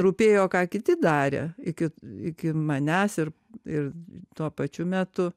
rūpėjo ką kiti darė iki iki manęs ir ir tuo pačiu metu